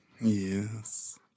Yes